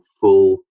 full